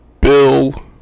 Bill